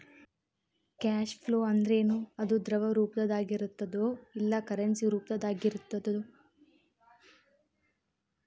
Cash flow ಅಂದ್ರೇನು? ಅದು ದ್ರವ ರೂಪ್ದಾಗಿರ್ತದೊ ಇಲ್ಲಾ ಕರೆನ್ಸಿ ರೂಪ್ದಾಗಿರ್ತದೊ?